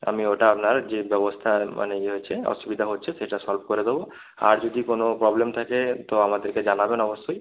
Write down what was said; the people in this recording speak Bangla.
আমি ওটা আপনার যে ব্যবস্থা মানে ইয়ে হয়েছে অসুবিধা হচ্ছে সেটা সলভ করে দেবো আর যদি কোনো প্রবলেম থাকে তো আমাদেরকে জানাবেন অবশ্যই